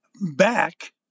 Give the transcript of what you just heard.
back